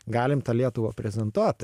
galim tą lietuvą prezentuoti